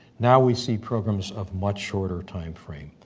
now we see programs of much shorter timeframe.